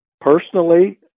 Personally